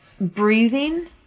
Breathing